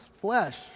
flesh